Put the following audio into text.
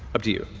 up to you.